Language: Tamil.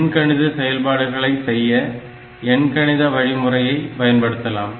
எண்கணித செயல்பாடுகளை செய்ய எண்கணித வழிமுறையை பயன்படுத்தலாம்